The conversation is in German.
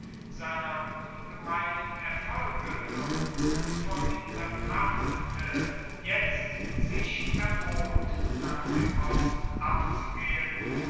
seiner ungemeinen erfolge noch unvermindert haftete jetzt sich erbot nach dem osten abzugehen